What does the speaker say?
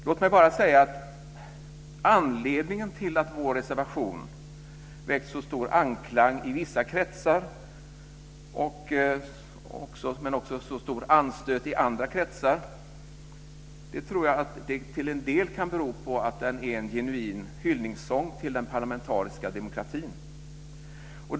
Låt mig bara säga att anledningen till att vår reservation väckt så stor anklang i vissa kretsar, men också så stor anstöt i andra kretsar, nog till en del kan vara att den är en genuin hyllningssång till den parlamentariska demokratin.